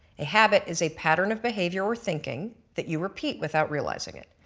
a habit is a pattern of behavior or thinking that you repeat without realizing it.